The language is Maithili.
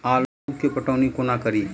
आलु केँ पटौनी कोना कड़ी?